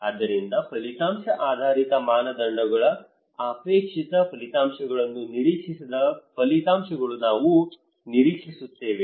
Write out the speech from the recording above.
ಆದ್ದರಿಂದ ಫಲಿತಾಂಶ ಆಧಾರಿತ ಮಾನದಂಡಗಳು ಅಪೇಕ್ಷಿತ ಫಲಿತಾಂಶಗಳನ್ನು ನಿರೀಕ್ಷಿಸಿದ ಫಲಿತಾಂಶಗಳು ನಾವು ನಿರೀಕ್ಷಿಸುತ್ತೇವೆ